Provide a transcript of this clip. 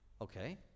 Okay